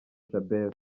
djabel